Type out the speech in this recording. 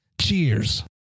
Cheers